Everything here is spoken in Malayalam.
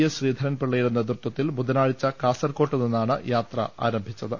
എസ് ശ്രീധരൻപിള്ളയുടെ നേതൃത്വത്തിൽ ബുധനാഴ്ച കാസർകോട്ട് നിന്നാണ് യാത്ര ആരംഭിച്ചത്